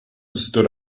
stood